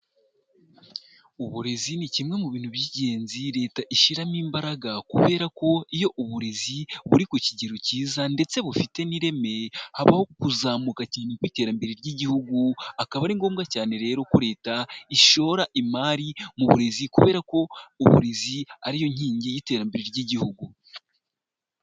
Uburezi ni kimwe mu bintu by'ingenzi Leta ishyiramo imbaraga, kubera ko iyo uburezi buri ku kigero cyiza, ndetse bufite n'ireme habaho kuzamuka cyane mu iterambere ry'igihugu, akaba ari ngombwa cyane rero ko Leta ishora imari mu burezi, kubera ko uburezi ari yo nkingi y'iterambere ry'igihugu.